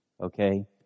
Okay